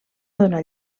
donar